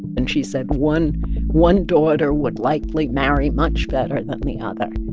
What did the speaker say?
and she said one one daughter would likely marry much better than the other